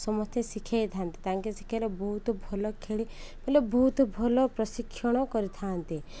ସମସ୍ତେ ଶିଖାଇଥାନ୍ତି ତାଙ୍କେ ଶିଖାରେ ବହୁତ ଭଲ ଖେଳି ହେଲେ ବହୁତ ଭଲ ପ୍ରଶିକ୍ଷଣ କରିଥାନ୍ତି